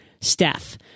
Steph